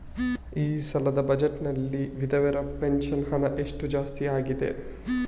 ಈ ಸಲದ ಬಜೆಟ್ ನಲ್ಲಿ ವಿಧವೆರ ಪೆನ್ಷನ್ ಹಣ ಎಷ್ಟು ಜಾಸ್ತಿ ಆಗಿದೆ?